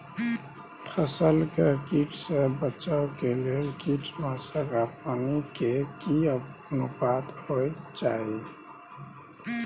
फसल के कीट से बचाव के लेल कीटनासक आ पानी के की अनुपात होय चाही?